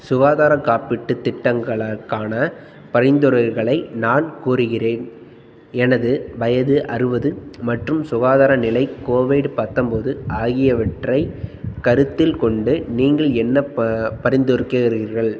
சுகாதாரக் காப்பீட்டுத் திட்டங்களுக்கான பரிந்துரைகளை நான் கூறுகிறேன் எனது வயது அறுபது மற்றும் சுகாதார நிலை கோவிட் பத்தொம்போது ஆகியவற்றைக் கருத்தில் கொண்டு நீங்கள் என்ன ப பரிந்துரைக்கிறீர்கள்